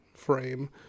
frame